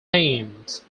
teams